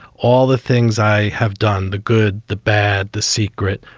all the things i have done, the good, the bad, the secret,